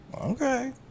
Okay